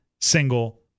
single